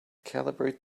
calibrate